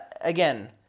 again